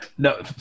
No